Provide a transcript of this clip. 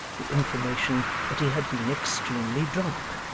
the information that he had been extremely drunk.